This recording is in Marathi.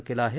नं केला आहे